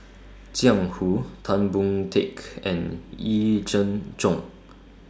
Jiang Hu Tan Boon Teik and Yee Jenn Jong